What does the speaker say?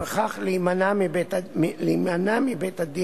לפיכך, מוצע גם לקבוע מניין הימים ל-30 ימים בלבד.